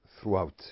throughout